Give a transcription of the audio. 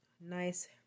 Nice